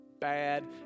bad